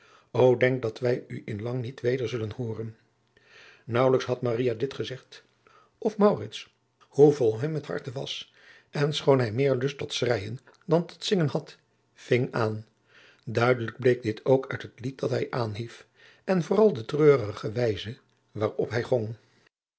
ô denk dat wij u in lang niet weder zullen hooren naauwelijks had maria dit gezegd of maurits hoe vol hem het harte was en schoon hij meer lust tot schreijen dan tot zingen had ving aan duidelijk bleek dit ook uit het lied dat hij aanhief en vooral de treurige wijze waarop hij